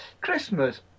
Christmas